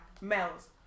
males